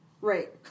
Right